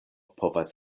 povas